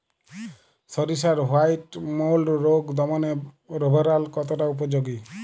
সরিষার white mould রোগ দমনে রোভরাল কতটা উপযোগী?